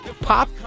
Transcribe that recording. pop